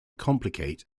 complicate